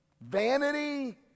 Vanity